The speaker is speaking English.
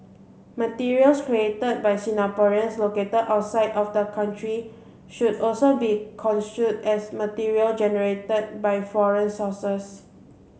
materials created by Singaporeans located outside of the country should also be construed as material generated by foreign sources